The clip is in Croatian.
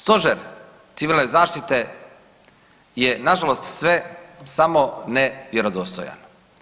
Stožer civilne zaštite je nažalost sve samo ne vjerodostojan.